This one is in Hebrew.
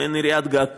מעין עיריית-גג כזאת,